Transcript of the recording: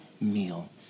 meal